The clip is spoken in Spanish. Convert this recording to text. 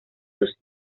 sus